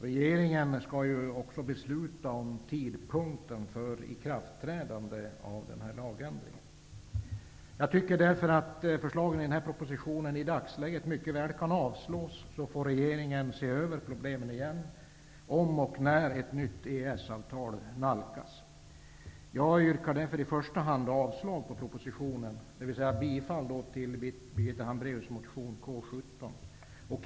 Regeringen skall besluta om tidpunkten för ikraftträdandet av lagändringen. Jag tycker därför att förslagen i detta betänkande mycket väl kan avslås. Regeringen får se över problemen igen om och när ett nytt EES-avtal nalkas. Jag yrkar därför i första hand avslag på utskottets hemställan, dvs. bifall till Birgitta Hambraeus motion K17.